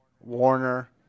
Warner